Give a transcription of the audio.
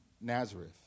Nazareth